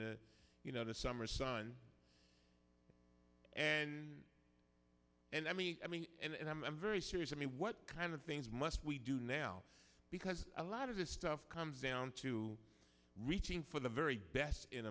the you know the summer sun and and i mean i mean and i'm very serious i mean what kind of things must we do now because a lot of this stuff comes down to reaching for the very best in